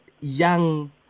young